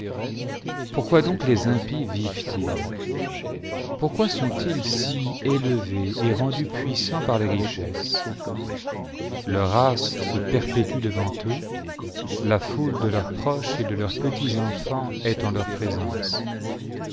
pourquoi donc les impies vivent-ils pourquoi sont-ils si élevés et rendus puissants par les richesses leur race se perpétue devant eux la foule de leurs proches et de leurs petits-enfants est en leur présence